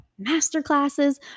masterclasses